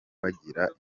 bagira